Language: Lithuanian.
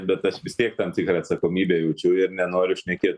bet aš vis tiek tam tikrą atsakomybę jaučiu ir nenoriu šnekėt